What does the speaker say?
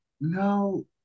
no